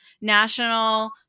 National